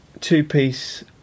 two-piece